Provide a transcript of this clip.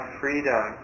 freedom